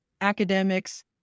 academics